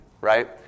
right